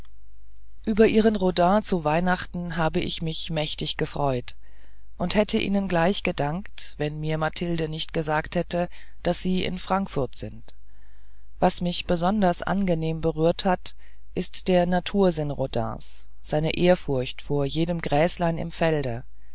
über ihren rodin zu weihnachten habe ich mich mächtig gefreut und hätte ihnen gleich gedankt wenn mir mathilde nicht gesagt hätte daß sie in frankfurt sind was mich besonders angenehm berührt hat ist der natursinn rodins seine ehrfurcht vor jedem gräslein im felde